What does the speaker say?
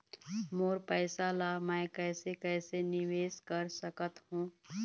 मोर पैसा ला मैं कैसे कैसे निवेश कर सकत हो?